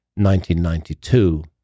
1992